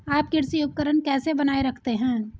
आप कृषि उपकरण कैसे बनाए रखते हैं?